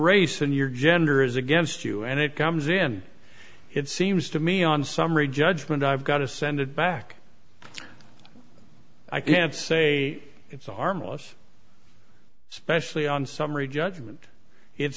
race and your gender is against you and it comes in it seems to me on summary judgment i've got to send it back i can't say it's a harmless especially on summary judgment it